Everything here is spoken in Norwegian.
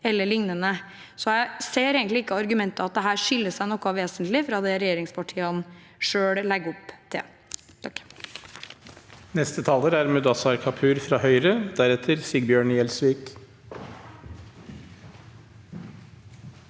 ser jeg egentlig ikke argumentet at dette skiller seg noe vesentlig fra det regjeringspartiene selv legger opp til.